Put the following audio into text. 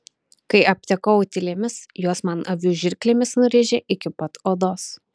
kai aptekau utėlėmis juos man avių žirklėmis nurėžė iki pat odos